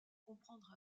comprendre